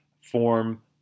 form